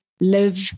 live